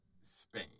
Spain